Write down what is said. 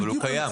אבל הוא קיים.